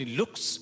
looks